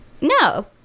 no